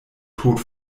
tod